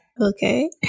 Okay